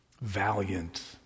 valiant